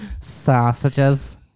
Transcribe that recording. Sausages